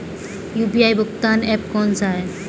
UPI भुगतान app कौन सा है?